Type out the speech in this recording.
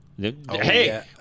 Hey